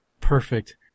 Perfect